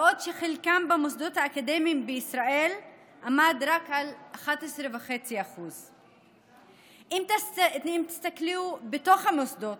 בעוד חלקם במוסדות האקדמיים בישראל עמד רק על 11.5%. אם תסתכלו במוסדות